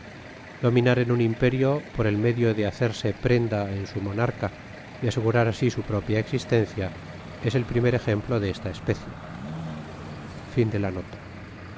dominar en un imperio por el medio de hacerse prenda en su monarca y asegurar asi su propia existencia es el primer ejemplo de esta especie